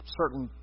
certain